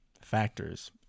factors